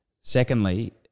secondly